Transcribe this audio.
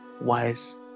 wise